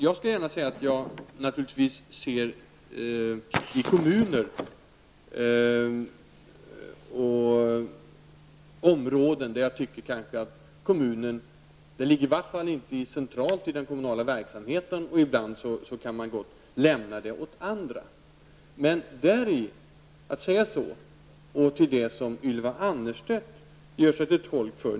Jag skall gärna säga att jag naturligtvis i kommuner ser exempel på sådant som jag kanske i vart fall tycker ligger centralt i den kommunala verksamheten och som man ibland gott kan lämna åt andra. Jag har däremot en helt annan mening än den som Ylva Annerstedt gör sig till tolk för.